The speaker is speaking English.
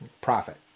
profit